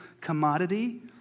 commodity